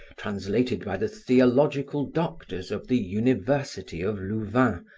translated by the theological doctors of the university of louvain,